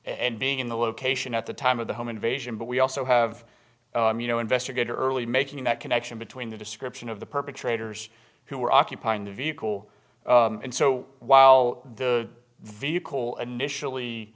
and being in the location at the time of the home invasion but we also have you know investigator early making that connection between the description of the perpetrators who were occupying the vehicle and so while the vehicle initially